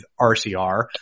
RCR